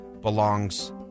Belongs